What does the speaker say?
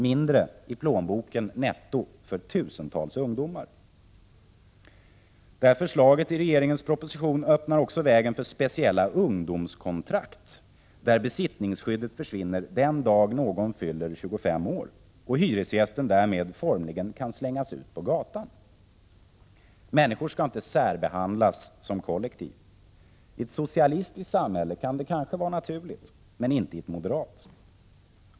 mindre i plånboken netto för tusentals ungdomar. Förslaget i regeringens proposition öppnar också vägen för speciella ungdomskontrakt där besittningsskyddet försvinner den dag någon fyller 25 år och hyresgästen därmed formligen kan slängas ut på gatan. Människor skall inte särbehandlas som kollektiv. I ett socialistiskt samhälle kan det kanske vara naturligt, men inte i ett moderat.